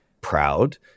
proud